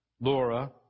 Laura